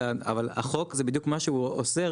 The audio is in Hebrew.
אבל החוק זה בדיוק מה שהוא עוסק.